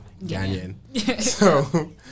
Ganyan